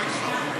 לא אתך.